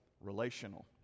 relational